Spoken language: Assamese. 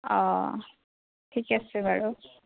অঁ ঠিকে আছে বাৰু